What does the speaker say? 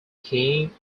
king